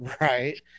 Right